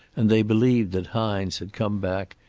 and they believed that hines had come back,